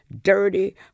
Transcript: dirty